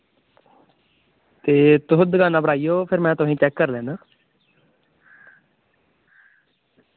ते तुस दुकाना पर आई जाओ फिर मैं तुसें चैक कर लैना